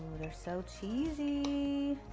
they're so cheesy.